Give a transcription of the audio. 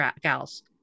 gals